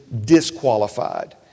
disqualified